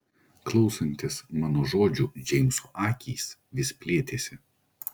klausantis mano žodžių džeimso akys vis plėtėsi